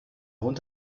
hund